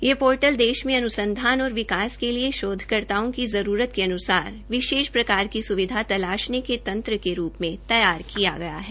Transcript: यह पोर्टलदेश में अन्संधान और विकास के लिए शोधकर्ताओं की जरूरत के अन्सार विशेष प्रकार की सुविधा तलाशने के तत्र के रूप में तैयार किया गया है